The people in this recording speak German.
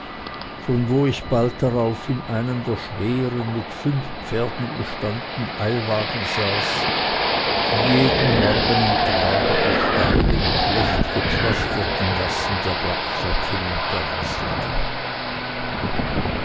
von wo ich bald darauf in einem der schweren mit fünf pferden bespannten eilwagen saß die jeden morgen im trabe die steilen schlecht gepflasterten gassen der bergstadt